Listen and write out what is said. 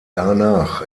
danach